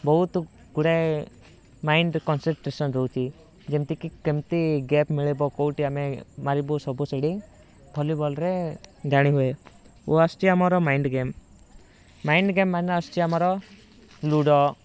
ବହୁତ ଗୁଡ଼ାଏ mind concentration ରହୁଛି ଯେମିତି କି କେମିତି ଗ୍ୟାପ ମିଳିବ କେଉଁଠି ଆମେ ମାରିବୁ ସବୁ ସେଇଠି ଭଲିବଲରେ ଜାଣି ହୁଏ ଓ ଆସୁଛି ଆମର ମାଇଣ୍ଡ ଗେମ୍ ମାଇଣ୍ଡ ଗେମ୍ ମାନେ ଆସୁଛି ଆମର ଲୁଡ଼